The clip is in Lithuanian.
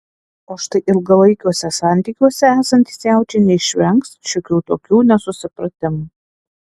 o štai ilgalaikiuose santykiuose esantys jaučiai neišvengs šiokių tokių nesusipratimų